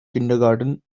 kindergarten